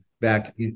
back